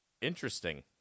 interesting